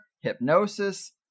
hypnosis